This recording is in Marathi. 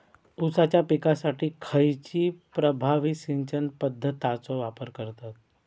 ऊसाच्या पिकासाठी खैयची प्रभावी सिंचन पद्धताचो वापर करतत?